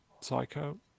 Psycho